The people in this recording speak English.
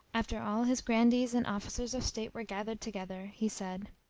after all his grandees and officers of state were gathered together, he said,